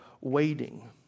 waiting